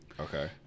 Okay